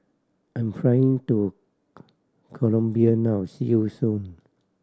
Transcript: I'm flying to Colombia now see you soon